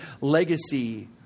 legacy